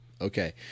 Okay